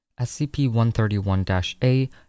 SCP-131-A